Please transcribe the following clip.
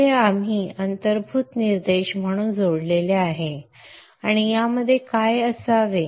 तर हे आम्ही अंतर्भूत निर्देश म्हणून जोडले आहे आणि यामध्ये काय असावे